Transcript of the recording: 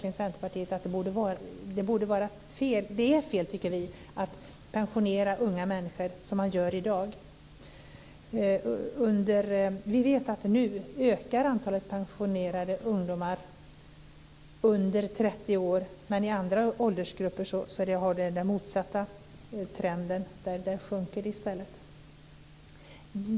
Vi i Centerpartiet tycker verkligen att det är fel att pensionera unga människor, som man gör i dag. Vi vet att antalet pensionerade ungdomar under 30 år nu ökar, men i andra åldersgrupper är det den motsatta trenden. Där sjunker det i stället.